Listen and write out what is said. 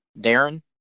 Darren